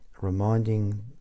reminding